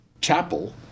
chapel